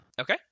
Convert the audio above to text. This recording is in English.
Okay